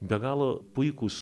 be galo puikūs